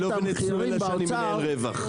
לא רק רשתות השיווק.